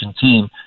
team